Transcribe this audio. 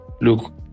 look